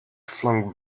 flung